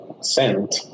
Sent